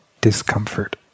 discomfort